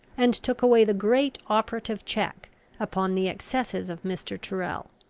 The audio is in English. and took away the great operative check upon the excesses of mr. tyrrel.